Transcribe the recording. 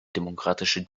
demokratische